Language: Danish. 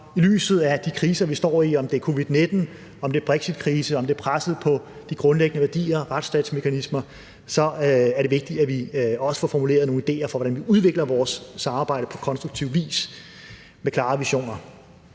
i lyset af de kriser, vi står i. Om det er covid-19, om det er brexitkrise, om det er presset på de grundlæggende værdier og retsstatsmekanismer, så er det vigtigt, at vi også får formuleret nogle idéer for, hvordan vi udvikler vores samarbejde på konstruktiv vis med klare visioner.